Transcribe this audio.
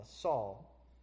Saul